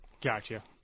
Gotcha